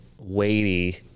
weighty